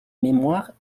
mémoire